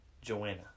Joanna